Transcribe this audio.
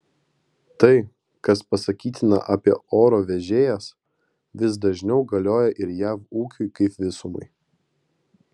tai kas pasakytina apie oro vežėjas vis dažniau galioja ir jav ūkiui kaip visumai